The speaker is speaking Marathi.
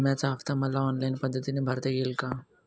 विम्याचा हफ्ता मला ऑनलाईन पद्धतीने भरता येईल का?